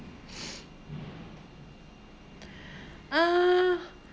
uh